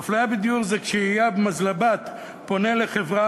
האפליה בדיור היא כשאיהאב מזלבט פונה לחברה